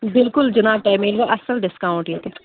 بلکُل جِناب تۄہہِ میلوٕ اَصٕل ڈِسکاوُنٛٹ ییٚتہِ